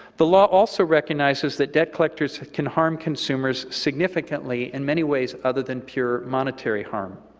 the law also recognizes that debt collectors can harm consumers significantly in many ways other than pure monetary harm.